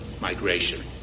migration